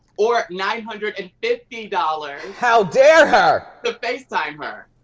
or nine hundred and fifty dollars. how dare her. to facetime her.